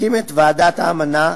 מקים את ועדת האמנה.